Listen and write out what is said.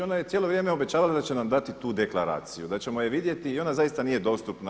Ona je cijelo vrijeme obećavala da će nam dati tu deklaraciju, da ćemo je vidjeti i ona zaista nije dostupna.